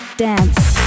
Dance